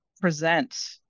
present